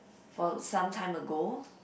for some time ago